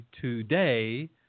today